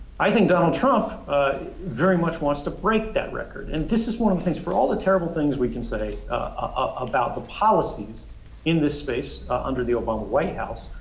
i think donald trump very much wants to break that record. and this is one of the things for all the terrible things we can say about the policies in this space under the obama white house.